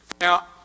Now